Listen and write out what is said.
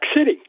city